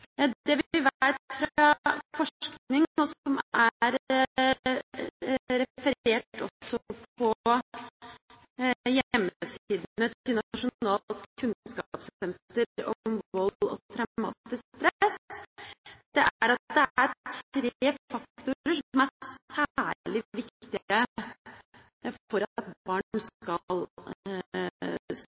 vi vet fra forskning, og som er referert også på hjemmesidene til Nasjonalt kunnskapssenter om vold og traumatisk stress, er at det er tre faktorer som er særlig viktige for at